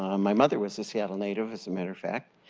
um my mother was a seattle native, as a matter of fact.